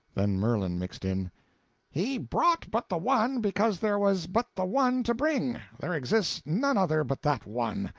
then merlin mixed in he brought but the one because there was but the one to bring. there exists none other but that one.